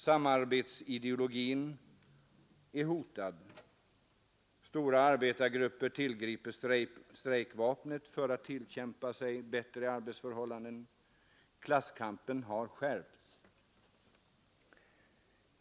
Samarbetsideologin är hotad. Stora arbetargrupper tillgriper strejkvapnet för att tillkämpa sig bättre arbetsförhållanden — klasskampen har skärpts.